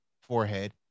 forehead